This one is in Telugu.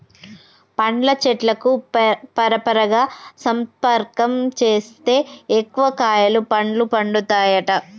పండ్ల చెట్లకు పరపరాగ సంపర్కం చేస్తే ఎక్కువ కాయలు పండ్లు పండుతాయట